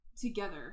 together